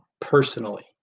personally